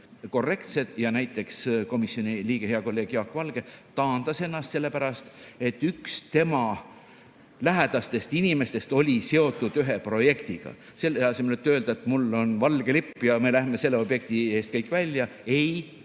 ja näiteks komisjoni liige, hea kolleeg Jaak Valge taandas ennast, sellepärast et üks tema lähedastest inimestest oli seotud ühe projektiga. Selle asemel et öelda, mul on valge lipp ja me lähme selle objekti eest kõik välja. Ei,